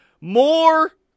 More